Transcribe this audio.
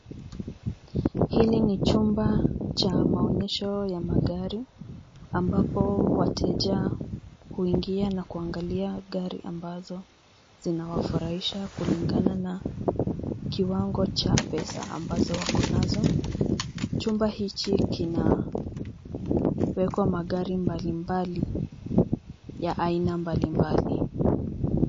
Hili ni chumba cha maonyesho ya magari ambapo wateja huingia na kuangalia gari ambazo zinawafurahisha kulingana na kiwango cha pesa ambazo wakonazo. Chumba hichi kinaweka magari mbalimbali ya aina mbalimbali.